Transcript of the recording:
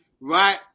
right